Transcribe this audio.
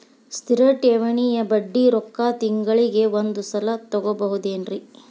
ಸ್ಥಿರ ಠೇವಣಿಯ ಬಡ್ಡಿ ರೊಕ್ಕ ತಿಂಗಳಿಗೆ ಒಂದು ಸಲ ತಗೊಬಹುದೆನ್ರಿ?